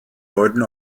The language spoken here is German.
leuten